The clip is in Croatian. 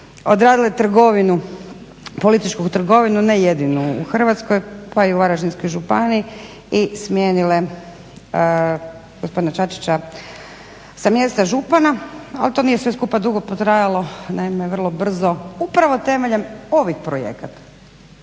odradile političku trgovinu, ne jedinu u Hrvatskoj pa i u Varaždinskoj županiji i smijenile gospodina Čačića sa mjesta župana. Ali to nije sve skupa dugo potrajalo, naime vrlo brzo upravo temeljem ovih projekata,